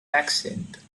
ascent